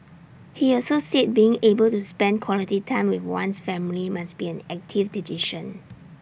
he also said being able to spend quality time with one's family must be an active decision